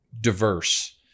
diverse